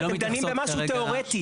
אתם דנים במשהו תיאורטי.